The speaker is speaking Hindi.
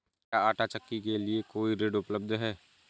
क्या आंटा चक्की के लिए कोई ऋण उपलब्ध है?